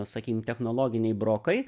sakykim technologiniai brokai